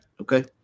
Okay